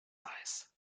eis